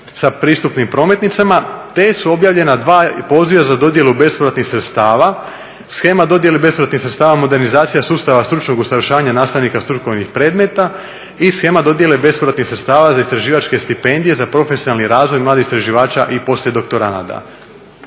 sa pristupnim prometnicama. Te su objavljena dva poziva za dodjelu bespovratnih sredstava: shema dodjele bespovratnih sredstava, modernizacija sustava stručnog usavršavanja nastavnika strukovnih predmeta i shema dodjele bespovratnih sredstava za istraživačke stipendije za profesionalni razvoj mladih istraživača i poslijedoktoranata.